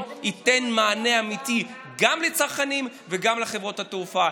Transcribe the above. ייתן מענה אמיתי גם לצרכנים וגם לחברות התעופה.